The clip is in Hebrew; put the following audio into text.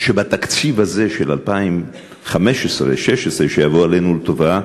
שבתקציב הזה, של 2016-2015, שיבוא עלינו לטובה,